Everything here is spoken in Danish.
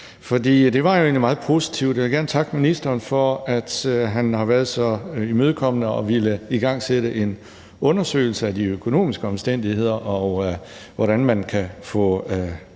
egentlig meget positivt, og jeg vil gerne takke ministeren for, at han har været så imødekommende at ville igangsætte en undersøgelse af de økonomiske omstændigheder, og hvordan man kan få